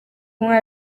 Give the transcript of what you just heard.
kumwe